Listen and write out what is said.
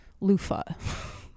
loofah